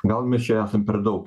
gal mes čia esam per daug